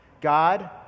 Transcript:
God